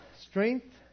strength